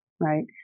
right